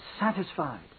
satisfied